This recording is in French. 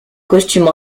costume